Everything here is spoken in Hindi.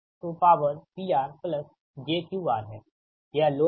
तो पॉवर PR j QR है यह लोड है